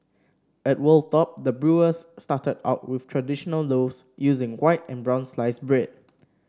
at Wold Top the brewers started out with traditional loaves using white and brown sliced bread